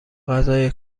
غذای